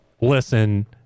listen